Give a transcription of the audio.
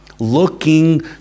Looking